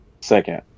second